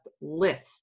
list